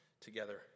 together